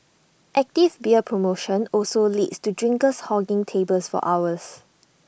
active beer promotion also leads to drinkers hogging tables for hours